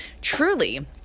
truly